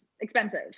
expensive